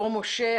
אור משה,